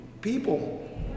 people